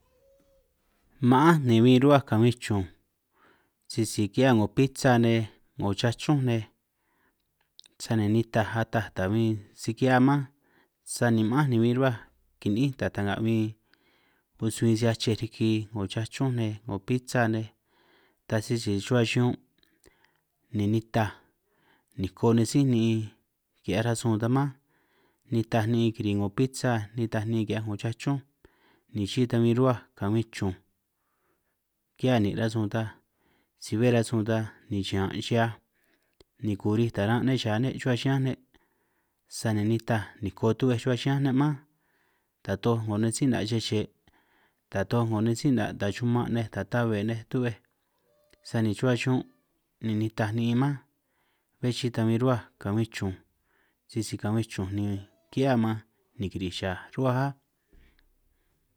Ma'ánj ni bin rruhuáj gachuin chunj sisi ki'hiaj 'ngo pitsa nej 'ngo chachúnj nej sani nitaj ataj taj bin si ki'hiá mánj, sani ma'ánj ni bin rruhuaj kini'ín taj ta'nga bin achej riki 'ngo chachúnj nej 'ngo pitsa nej taj sisi chuhua chiñún' ni nitaj niko nej sí' ni'in ki'hiaj rasun ta mánj, nitaj ni'in kiri 'ngo pitsa nitaj ni'in ki'hiaj 'ngo chachúnj, ni chi'i tan bin rruhua kabin chunj ki'hia nin' rasun tan si bé rasun tan ni chiñan' chaj ni kurij taran' ne' cha ne' chuhuá chiñán' sani nitaj niko tu'béj chuhua chiñánj ne' mánj, taj toj 'ngo nej sí' 'na' chej che' ta toj 'ngo nej sí' 'na' ta chuman' nej ta tabe nej tu'béj, sani chuhua chiñún' ni nitaj ni'in mánj, be chi tan bin rruhuaj kabin chunj sisi kabin chunj ni ki'hia man ni kiri'ij chaj rruhuaj áj.